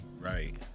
Right